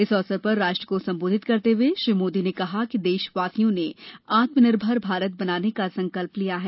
इस अवसर पर राष्ट्र को संबोधित करते हुए श्री मोदी ने कहा कि देशवासियों ने आत्म निर्भर भारत बनाने का संकल्प लिया है